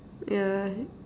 yeah